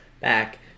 Back